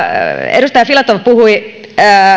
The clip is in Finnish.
edustaja filatov puhui